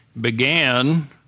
began